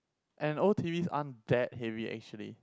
and old T_Vs aren't that heavy actually